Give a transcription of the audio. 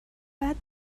بعد